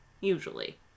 usually